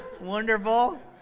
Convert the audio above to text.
Wonderful